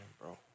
Bro